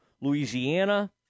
louisiana